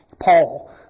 Paul